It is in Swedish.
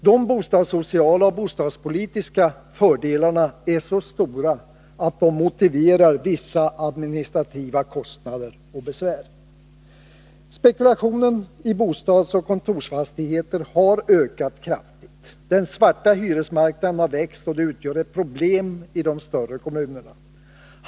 De bostadssociala och bostadspolitiska fördelarna är så stora att de motiverar vissa administrativa kostnader och besvär. Spekulationen i bostadsoch kontorsfastigheter har ökat kraftigt. Den svarta hyresmarknaden har växt och utgör ett problem i de större kommunerna.